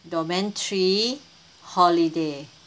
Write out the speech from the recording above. domain three holiday